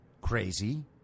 Crazy